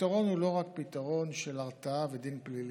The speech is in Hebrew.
הפתרון הוא לא רק פתרון של הרתעה ודין פלילי.